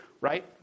Right